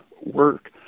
work